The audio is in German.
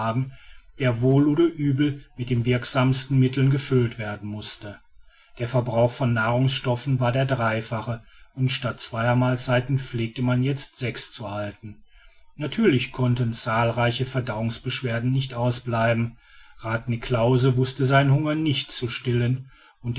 der wohl oder übel mit den wirksamsten mitteln gefüllt werden mußte der verbrauch von nahrungsstoffen war der dreifache und statt zweier mahlzeiten pflegte man jetzt sechs zu halten natürlich konnten zahlreiche verdauungsbeschwerden nicht ausbleiben rath niklausse wußte seinen hunger nicht zu stillen